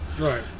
Right